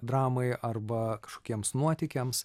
dramai arba kažkokiems nuotykiams